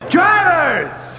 Drivers